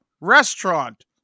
restaurant